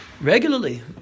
regularly